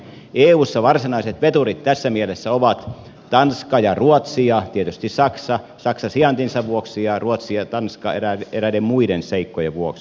eussa varsinaiset veturit tässä mielessä ovat tanska ja ruotsi ja tietysti saksa saksa sijaintinsa vuoksi ja ruotsi ja tanska eräiden muiden seikkojen vuoksi